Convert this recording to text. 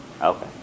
Okay